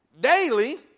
daily